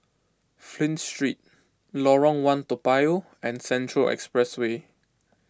Flint Street Lorong one Toa Payoh and Central Expressway